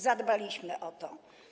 Zadbaliśmy o to.